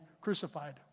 crucified